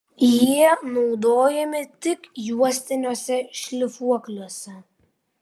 jie naudojami tik juostiniuose šlifuokliuose